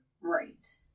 Right